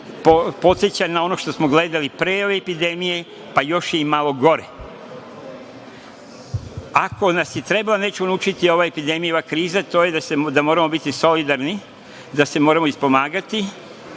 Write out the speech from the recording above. podseća na ono što smo gledali pre ove epidemije, pa još i malo gore. Ako nas je trebala već naučiti ova epidemija i ova kriza, to je da moramo biti solidarni, da se moramo ispomagati